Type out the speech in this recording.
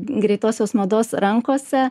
greitosios mados rankose